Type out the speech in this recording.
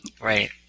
Right